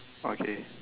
okay